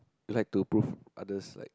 you like to prove others like